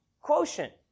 quotient